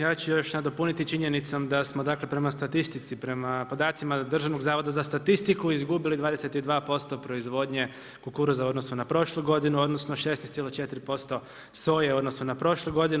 Ja ću još nadopuniti činjenicom da smo dakle prema statistici, prema podacima Državnog zavoda za statistiku izgubili 22% proizvodnje kukuruza u odnosu na prošlu godinu, u odnosu na 16,4% soje u odnosu na prošlu godinu.